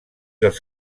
els